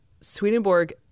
Swedenborg